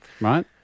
right